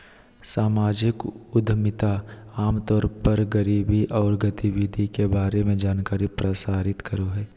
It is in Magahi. सामाजिक उद्यमिता आम तौर पर गरीबी औरो गतिविधि के बारे में जानकारी प्रसारित करो हइ